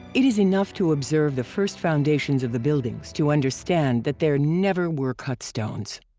it is enough to observe the first foundations of the buildings to understand that there never were cut stones.